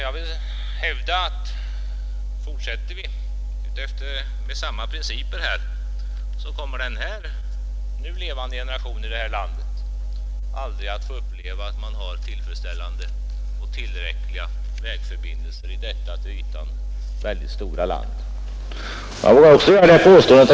Jag vill hävda att fortsätter vi efter samma principer kommer den nu levande generationen här i landet aldrig att få uppleva tillfredsställande och tillräckliga vägförbindelser i detta till ytan så stora land.